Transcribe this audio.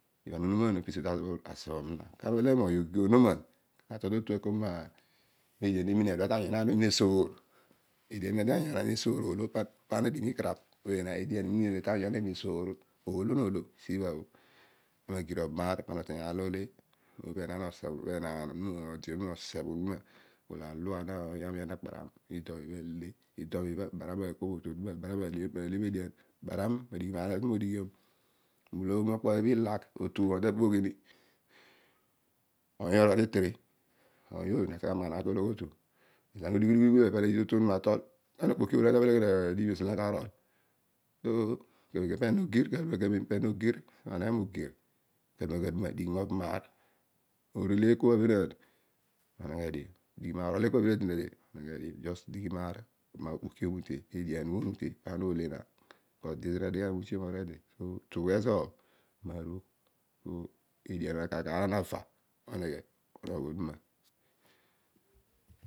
Ibha ana unoman o pezo odi tasebh zina kana obele eko moghi ogir onoman na tol totu na kol median emin edua ta anyu enaan esoor. Edian edua tany enaan esoor. pana na dighi mikarabh. Edua ta anyu enaan osoor oodio nolo siibha. ana gir obam aar pana oteiy aar loole penaan ode onuma osebh onuma. Alua oiny ami ana kparam. ido miibhaa le. ido miibha kparam mabogh otu. molo ooma okpo iibha ilack. otu o aya tabogh ni. oiy ooy omaghanangha dio te tetene. oiy ooy na maghanangha to ologhi otu ezo lo ana udighi udighi pana dighi tologhi otu atol. okpoki oolo kana tabol eko kana adighi mesi olo ana ka rol? Kamem kamem pezo no gir. ameghe mogir. kaduma kaduma dighi mobam aar. oneleiy ekwa rarele oneghe dio. orol ekua dalade oueghedio. dighi mobam aar tuugh ezo marugh po ediano kaar karr la ana va po ughe onogho onuma